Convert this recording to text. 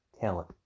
talent